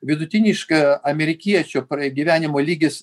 vidutiniška amerikiečių pragyvenimo lygis